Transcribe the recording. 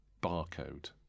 barcode